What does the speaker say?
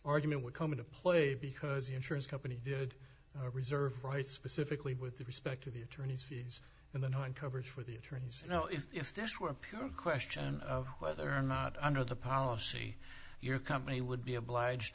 argument would come into play because the insurance company did a reserve right specifically with respect to the attorneys fees and then one covers for the attorneys you know if this were a pure question of whether or not under the policy your company would be obliged